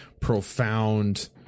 profound